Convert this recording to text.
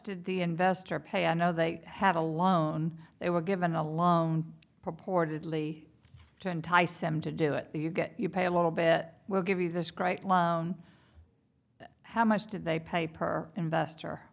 did the investor pay i know they have a loan they were given a loan purportedly to entice them to do it you get you pay a little bit we'll give you this great loan how much did they pay per investor